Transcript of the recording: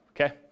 Okay